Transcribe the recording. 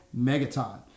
Megaton